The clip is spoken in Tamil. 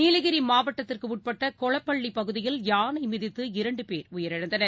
நீலகிரி மாவட்டத்திற்கு உட்பட்ட கொளப்பள்ளி பகுதியில் யானை மிதித்து இரண்டு பேர் உயிரிழந்தனர்